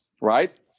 right